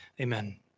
Amen